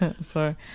Sorry